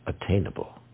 attainable